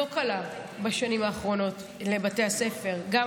בשנים האחרונות לבתי הספר הייתה תקופה לא קלה,